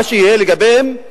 מה שיהיה לגביהם,